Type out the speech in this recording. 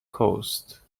coast